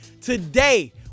Today